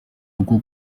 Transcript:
kuko